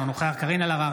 אינו נוכח קארין אלהרר,